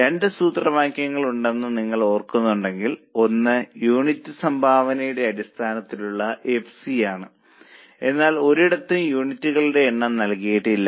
2 സൂത്രവാക്യങ്ങൾ ഉണ്ടെന്ന് നിങ്ങൾ ഓർക്കുന്നുവെങ്കിൽ ഒന്ന് യൂണിറ്റ് സംഭാവനയുടെ അടിസ്ഥാനത്തിലുള്ള എഫ്സി യാണ് എന്നാൽ ഒരിടത്തും യൂണിറ്റുകളുടെ എണ്ണം നൽകിയിട്ടില്ല